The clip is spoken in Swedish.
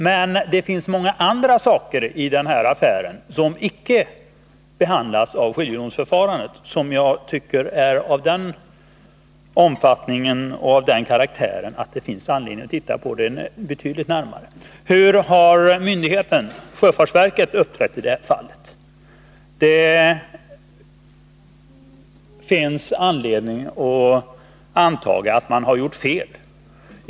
Det finns emellertid många andra saker i den här affären som icke behandlas vid skiljedomsförfarandet och som jag anser har den omfattningen och den karaktären att det finns anledning att titta på dem betydligt närmare. Hur har myndigheten, sjöfartsverket, uppträtt i det här fallet? Det finns anledning att antaga att man har gjort fel.